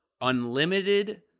unlimited